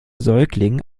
säugling